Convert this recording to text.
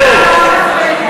זהו?